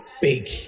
Big